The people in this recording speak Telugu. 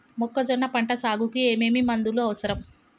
మొక్కజొన్న పంట సాగుకు ఏమేమి మందులు అవసరం?